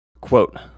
quote